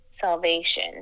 salvation